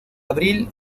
abril